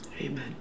Amen